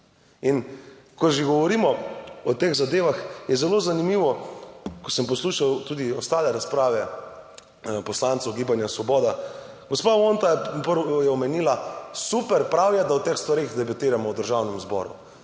In ko že govorimo o teh zadevah, je zelo zanimivo, ko sem poslušal tudi ostale razprave, poslancev Gibanja svoboda, gospa Vonta je omenila, super, prav je, da o teh stvareh debatiramo v Državnem zboru.